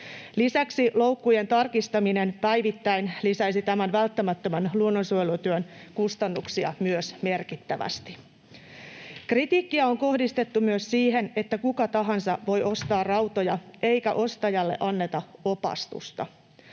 Lisäksi loukkujen tarkistaminen päivittäin myös lisäisi tämän välttämättömän luonnonsuojelutyön kustannuksia merkittävästi. Kritiikkiä on kohdistettu myös siihen, että kuka tahansa voi ostaa rautoja eikä ostajalle anneta opastusta.